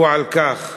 הוא על כך שאנחנו,